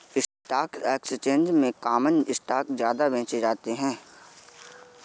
stock exchange में common stock ज्यादा बेचे जाते है